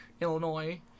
Illinois